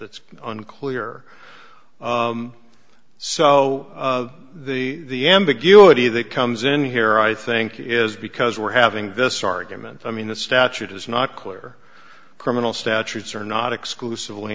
that's unclear so the the guity that comes in here i think is because we're having this argument i mean the statute is not clear criminal statutes are not exclusively